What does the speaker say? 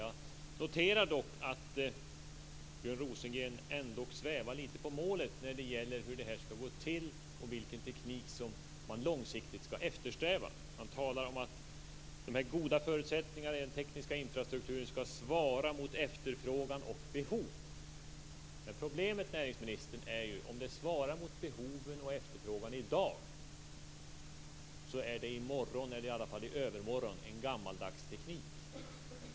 Jag noterar dock att Björn Rosengren svävar lite på målet när det gäller hur det här skall gå till och vilken teknik man långsiktigt skall eftersträva. Han talar om att de goda förutsättningarna i den tekniska infrastrukturen skall svara mot efterfrågan och behov. Men problemet, näringsministern, är att det som i dag svarar mot behoven och efterfrågan i morgon, eller i alla fall i övermorgon, är en gammaldags teknik.